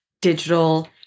digital